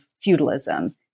feudalism